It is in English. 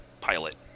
pilot